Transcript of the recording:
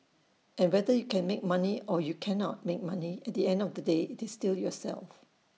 and whether you can make money or you cannot make money at the end of the day it's still yourself